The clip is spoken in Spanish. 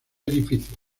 edificio